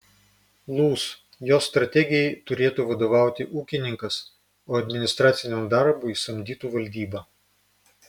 lūs jos strategijai turėtų vadovauti ūkininkas o administraciniam darbui samdytų valdybą